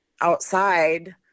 outside